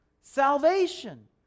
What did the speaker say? salvation